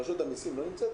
רשות המסים לא נמצאת?